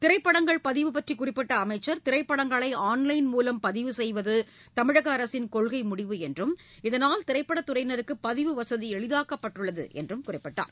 திரைப்படங்கள் பதிவு பற்றி குறிப்பிட்ட அமைச்சா் திரைப்படங்களை ஆன்லைன் மூலம் பதிவு செய்வது தமிழக அரசின் கொள்கை முடிவு என்றும் இதனால் திரைப்பட துறையினருக்கு பதிவு வசதி எளிதாக்கப்பட்டுள்ளது என்றும் குறிப்பிட்டார்